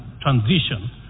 transition